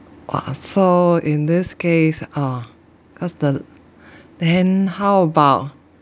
!wah! so in this case ah cause the then how about